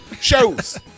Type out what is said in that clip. shows